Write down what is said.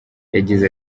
yagize